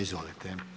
Izvolite.